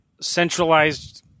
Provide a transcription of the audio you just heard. centralized